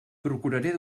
procuraré